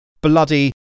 bloody